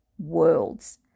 worlds